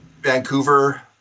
Vancouver